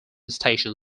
station